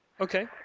Okay